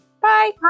Bye